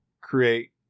create